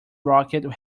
rocket